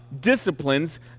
disciplines